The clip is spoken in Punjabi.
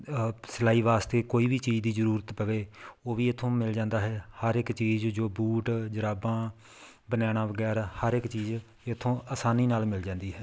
ਸਿਲਾਈ ਵਾਸਤੇ ਕੋਈ ਵੀ ਚੀਜ਼ ਦੀ ਜ਼ਰੂਰਤ ਪਵੇ ਉਹ ਵੀ ਇੱਥੋਂ ਮਿਲ ਜਾਂਦਾ ਹੈ ਹਰ ਇੱਕ ਚੀਜ਼ ਜੋ ਬੂਟ ਜੁਰਾਬਾਂ ਬਨੈਣਾ ਵਗੈਰਾ ਹਰ ਇੱਕ ਚੀਜ਼ ਇੱਥੋਂ ਆਸਾਨੀ ਨਾਲ ਮਿਲ ਜਾਂਦੀ ਹੈ